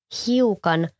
hiukan